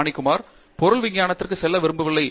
பானிகுமார் பொருள் விஞ்ஞானத்திற்கு செல்ல விரும்பவில்லை